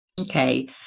okay